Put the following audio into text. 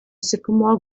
sycamore